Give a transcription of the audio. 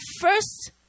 first